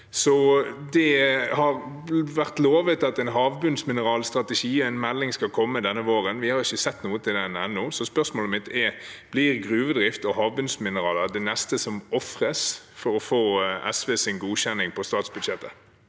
lovet at en melding om en havbunnsmineralstrategi skal komme denne våren. Vi har ikke sett noe til den ennå. Så spørsmålet mitt er: Blir gruvedrift og havbunnsmineraler det neste som ofres for å få SVs godkjenning av statsbudsjettet?